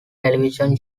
television